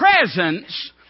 presence